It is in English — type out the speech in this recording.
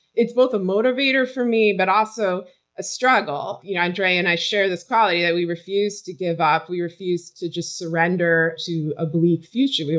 it's both a motivator for me, but also a struggle. you know andrea and i share this, probably, that we refuse to give up. we refuse to just surrender to a bleak future.